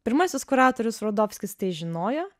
pirmasis kuratorius rudovskis tai žinojo